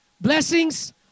Blessings